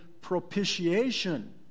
propitiation